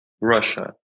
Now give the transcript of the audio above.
Russia